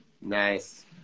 Nice